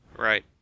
Right